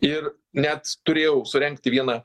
ir net turėjau surengti vieną